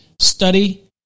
study